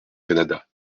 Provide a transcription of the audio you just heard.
canada